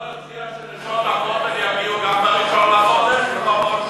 אפשר להציע ש"נשות הכותל" יגיעו ב-1 בחודש, בתאריך